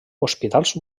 hospitals